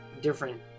different